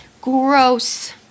Gross